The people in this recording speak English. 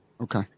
Okay